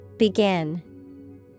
Begin